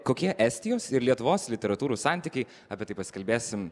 kokie estijos ir lietuvos literatūros santykiai apie tai pasikalbėsim